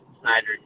Snyder